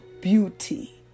beauty